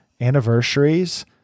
anniversaries